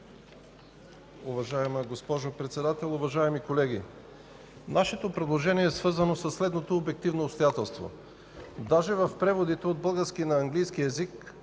Уважаема госпожо Председател, уважаеми колеги! Нашето предложение е свързано със следното обективно обстоятелство: даже в преводите от български на английски език